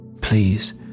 Please